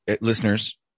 listeners